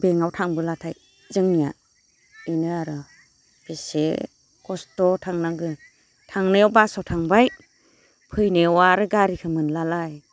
बेंकआव थांबोलाथाय जोंनिया इनो आर' बेसे खस्थ' थांनांगो थांनायाव बासआव थांबाय फैनायाव आरो गारिखो मोनलालाय